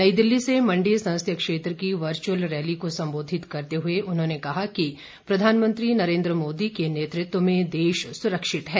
नई दिल्ली से मंडी संसदीय क्षेत्र की वर्च्अल रैली को संबोधित करते हुए उन्होंने कहा कि प्रधानमंत्री नरेन्द्र मोदी के नेतृत्व में देश सुरक्षित है